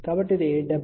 కాబట్టి ఇది 70